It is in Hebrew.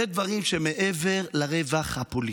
יש דברים שהם מעבר לרווח הפוליטי.